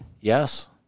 Yes